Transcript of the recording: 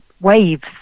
waves